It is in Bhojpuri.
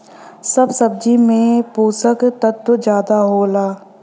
सब सब्जी में पोसक तत्व जादा होला